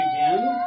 again